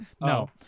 No